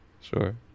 Sure